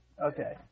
Okay